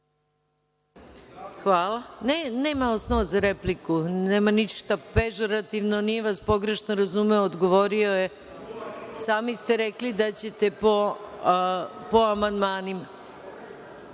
Hvala. Nema osnova za repliku. Nema ništa pežorativno. Nije vas pogrešno razumeo, odgovorio je. Sami ste rekli da ćete po amandmanima. Šta